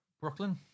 Brooklyn